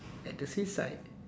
at the seaside